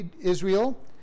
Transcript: Israel